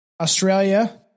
Australia